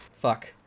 Fuck